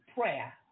prayer